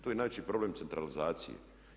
Tu je najveći problem centralizacija.